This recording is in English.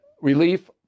relief